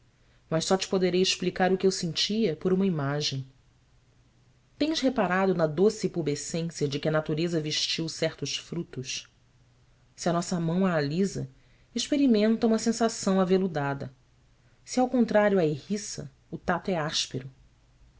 mas só te poderei explicar o que eu sentia por uma imagem tens reparado na doce pubescência de que a natureza vestiu certos frutos se a nossa mão a alisa experimenta uma sensação aveludada se ao contrário a erriça o tato é áspero